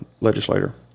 legislator